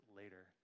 later